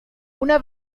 una